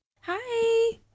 Hi